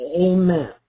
Amen